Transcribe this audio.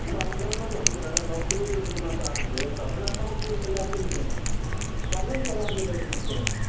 അപ്പോൾ അങ്ങനത്തെ മതി ലോക്കലി കിട്ടുന്ന സാധനം മതി അത് തമിഴ്നാട്ടിൽ നമ്മൾക്ക് എല്ലായിടത്തും കിട്ടുന്നതല്ലേ തമിഴ്നാട്ടിൽ സാധാരണ കിട്ടുന്നത് ആക്കിയാൽ മതി